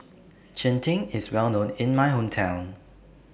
Cheng Tng IS Well known in My Hometown